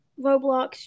Roblox